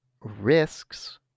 risks